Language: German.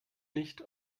nicht